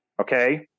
okay